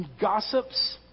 gossips